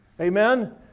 Amen